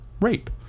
rape